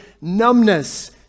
numbness